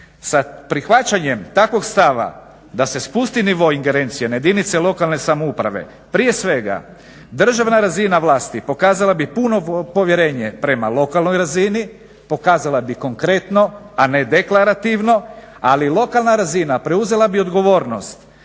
Sa prihvaćanjem takvog stava da se spusti nivo ingerencije na jedinice lokalne samouprave, prije svega državna razina vlasti pokazala bi puno povjerenje prema lokalnoj razini, pokazala bi konkretno a ne deklarativno, ali lokalna razina preuzela bi odgovornost